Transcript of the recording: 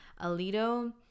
alito